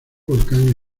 volcán